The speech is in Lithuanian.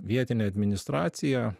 vietinė administracija